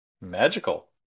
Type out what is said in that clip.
Magical